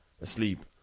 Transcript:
asleep